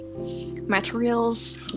materials